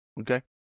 Okay